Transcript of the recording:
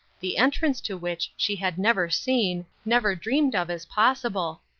the entrance to which she had never seen, never dreamed of as possible.